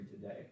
today